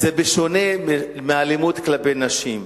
זה שונה מאלימות כלפי נשים.